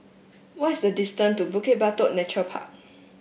what is the distance to Bukit Batok Nature Park